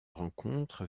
rencontre